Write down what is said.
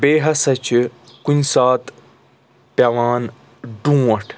بیٚیہِ ہَسا چھِ کُنہِ ساتہٕ پٮ۪وان ڈونٛٹھ